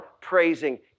praising